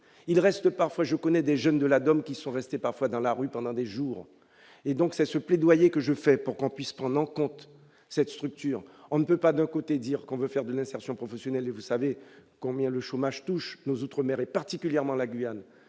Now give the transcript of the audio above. il reste parfois, je connais des jeunes de la dame qui sont restés parfois dans la rue pendant des jours et donc c'est ce plaidoyer que je fais pour qu'on puisse prendre en compte cette structure, on ne peut pas d'un côté dire qu'on veut faire de l'insertion professionnelle et vous savez combien le chômage touche nos outre-mer et particulièrement la Guyane,